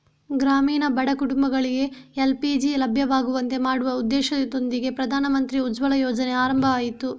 ಗ್ರಾಮೀಣ ಬಡ ಕುಟುಂಬಗಳಿಗೆ ಎಲ್.ಪಿ.ಜಿ ಲಭ್ಯವಾಗುವಂತೆ ಮಾಡುವ ಉದ್ದೇಶದೊಂದಿಗೆ ಪ್ರಧಾನಮಂತ್ರಿ ಉಜ್ವಲ ಯೋಜನೆ ಆರಂಭ ಆಯ್ತು